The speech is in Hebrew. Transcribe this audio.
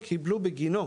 קיבלו בגינו,